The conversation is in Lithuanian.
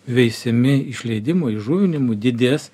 veisiami išleidimui įžuvinimui didės